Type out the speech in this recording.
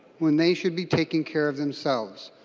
when they should be taking care of themselves.